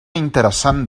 interessant